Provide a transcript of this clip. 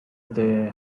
they